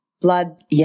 blood